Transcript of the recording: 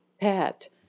pet